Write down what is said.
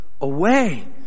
away